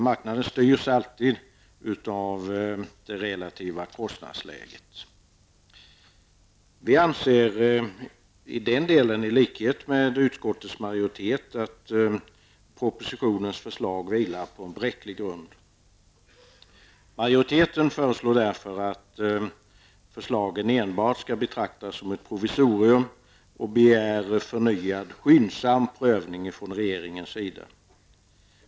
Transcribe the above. Marknaden styrs alltid av det relativa kostnadsläget. Vi anser i den delen, i likhet med utskottets majoritet, att propositionens förslag vilar på bräcklig grund. Majoriteten föreslår därför att förslagen enbart skall betraktas som ett provisiorium och begär förnyad skyndsam prövning från regeringens sida.